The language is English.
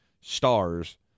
stars